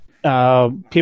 People